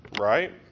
right